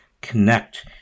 connect